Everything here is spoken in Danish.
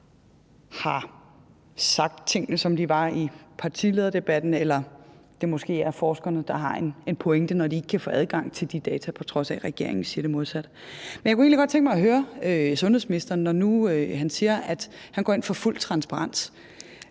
har sagt tingene, som de var, i partilederdebatten, eller om det måske er forskerne, der har en pointe, når de siger, at de ikke kan få adgang til de data, på trods af at regeringen siger det modsatte. Men jeg kunne egentlig godt tænke mig at høre sundhedsministeren, når nu han siger, at han går ind for fuld transparens: